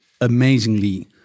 amazingly